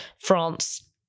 France